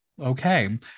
okay